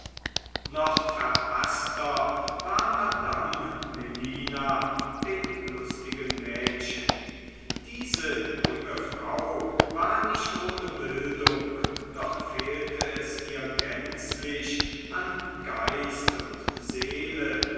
noch verhaßter war madame melina dem lustigen mädchen diese junge frau war nicht ohne bildung doch fehlte es ihr gänzlich an geist und seele